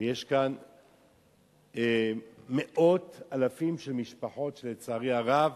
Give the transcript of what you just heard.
ויש כאן מאות אלפים של משפחות שלצערי הרב